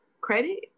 credit